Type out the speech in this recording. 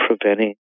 preventing